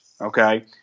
Okay